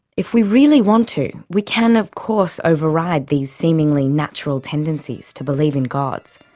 if we really want to we can of course override these seemingly natural tendencies to believe in gods.